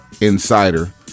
Insider